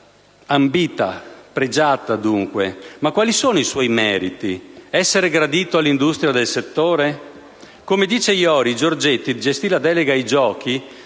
ambita, pregiata, dunque. Ma quali sono i suoi meriti? Essere gradito all'industria del settore? Come dice Iori, Giorgetti gestì la delega per i giochi